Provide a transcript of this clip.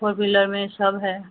four wheeler में सब है